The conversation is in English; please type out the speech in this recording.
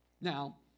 now